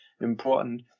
important